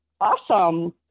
Awesome